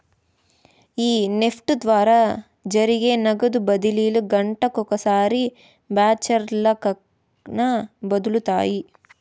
ఈ నెఫ్ట్ ద్వారా జరిగే నగదు బదిలీలు గంటకొకసారి బాచల్లక్కన ఒదులుతారు